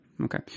Okay